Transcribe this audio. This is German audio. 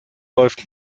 läuft